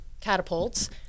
catapults